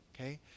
okay